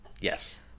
Yes